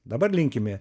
dabar linkime